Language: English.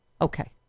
Okay